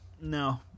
No